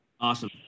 Awesome